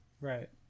Right